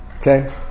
okay